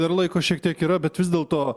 dar laiko šiek tiek yra bet vis dėlto